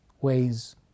ways